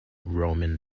roman